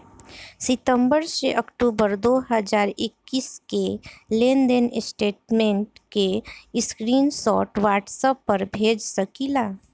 सितंबर से अक्टूबर दो हज़ार इक्कीस के लेनदेन स्टेटमेंट के स्क्रीनशाट व्हाट्सएप पर भेज सकीला?